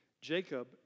Jacob